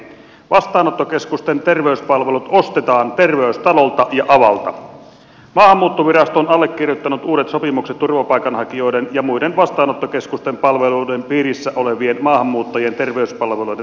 vastaanottokeskusten terveyspalvelut ostetaan terveystalolta ja aavalta maahanmuuttovirasto on allekirjoittanut uudet sopimukset turvapaikanhakijoiden ja muiden vastaanottokeskusten palveluiden piirissä olevien maahanmuuttajien terveyspalveluiden tuottamisesta